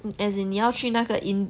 and as in 你要去那个 in